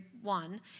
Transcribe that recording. one